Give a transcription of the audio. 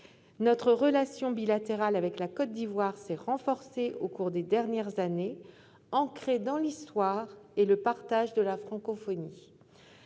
Notre relation bilatérale avec la Côte d'Ivoire s'est renforcée au cours des dernières années, ancrée dans l'histoire et le partage de la francophonie.